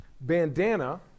Bandana